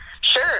Sure